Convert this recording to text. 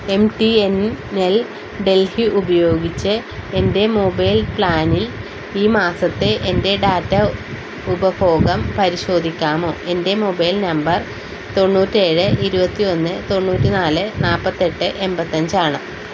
M T N L Delhi ഉപയോഗിച്ച് എൻ്റെ mobile പ്ലാനിൽ ഈ മാസത്തെ എൻ്റെ ഡാറ്റ ഉപഭോഗം പരിശോധിക്കാമോ എൻ്റെ മൊബൈൽ നമ്പർ തൊണ്ണൂറ്റിയേഴ് ഇരുപത്തി ഒന്ന് തൊണ്ണൂറ്റി നാല് നാല്പത്തിയെട്ട് എണ്പത്തിയഞ്ചാണ്